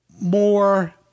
more